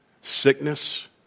sickness